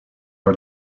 are